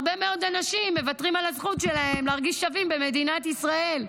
הרבה מאוד אנשים מוותרים על הזכות שלהם להרגיש שווים במדינת ישראל,